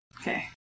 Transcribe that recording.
Okay